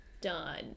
done